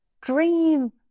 dream